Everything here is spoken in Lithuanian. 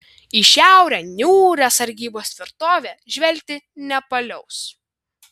į šiaurę niūrią sargybos tvirtovė žvelgti nepaliaus